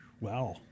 Wow